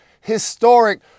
historic